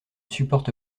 supporte